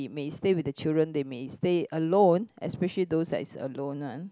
may stay with their children they may stay alone especially those that is alone one